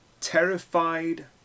terrified